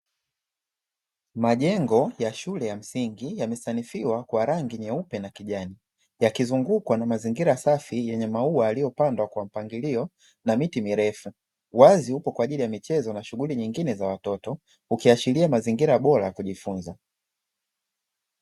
Majengo ya shule ya msingi yamesanifiwa kwa rangi nyeupe na kijani, yakizungukwa na mazingira safi yenye maua yaliyopandwa kwa mpangilio na miti mirefu. Uwazi upo kwaajili ya michezo na shughuli nyingine za watoto, ukiashiria mazingira bora ya kujifunza.